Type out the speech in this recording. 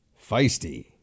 Feisty